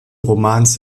romans